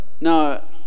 No